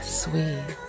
sweet